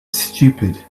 stupid